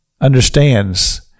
understands